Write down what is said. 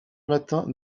matin